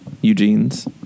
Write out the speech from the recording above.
Eugene's